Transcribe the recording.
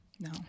No